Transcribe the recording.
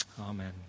Amen